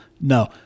No